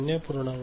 त्यासाठी येथे 0